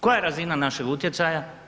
Koja je razina našeg utjecaja?